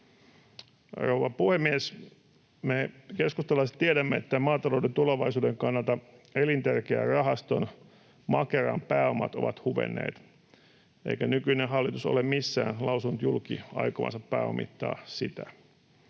Rouva puhemies! Me keskustalaiset tiedämme, että maatalouden tulevaisuuden kannalta elintärkeän rahaston, Makeran, pääomat ovat huvenneet, eikä nykyinen hallitus ole missään lausunut julki aikovansa pääomittaa sitä.